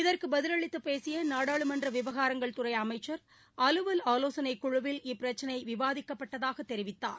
இதற்குபதிலளித்துபேசியநாடாளுமன்றவிவகாரங்கள் துறைஅமைச்சர் அலுவல் ஆலோசனைக் குழுவில் இப்பிரச்சினைவிவாதிக்கப்பட்டதாகத் தெரிவித்தார்